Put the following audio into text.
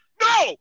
No